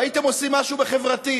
והייתם עושים משהו בחברתי,